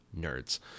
nerds